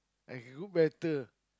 I can cook better